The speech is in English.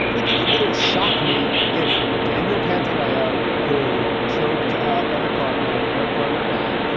like it wouldn't shock me if daniel pantaleo, who choked ah eric garner and eric garner died,